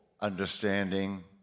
understanding